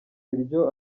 sergio